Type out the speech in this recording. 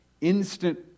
instant